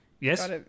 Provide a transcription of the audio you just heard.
Yes